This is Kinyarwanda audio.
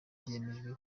byemejwe